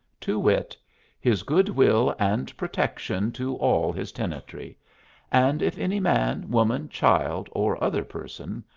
to wit his good-will and protection to all his tenantry and if any man, woman, child, or other person,